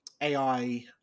ai